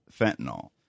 fentanyl